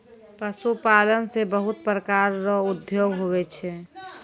पशुपालन से बहुत प्रकार रो उद्योग हुवै छै